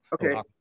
okay